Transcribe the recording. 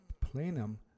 plenum